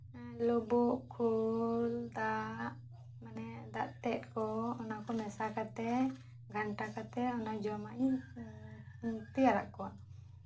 ᱞᱩᱵᱩᱜ ᱠᱷᱳᱞ ᱫᱟᱜ ᱢᱟᱱᱮ ᱫᱟᱜᱛᱮᱫ ᱠᱚ ᱚᱱᱟ ᱠᱚ ᱢᱮᱥᱟ ᱠᱟᱛᱮᱫ ᱜᱷᱟᱱᱴᱟ ᱠᱟᱛᱮᱫ ᱚᱱᱟ ᱡᱚᱢᱟᱜ ᱤᱧ ᱛᱮᱭᱟᱨᱟᱜ ᱠᱚᱣᱟ